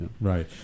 Right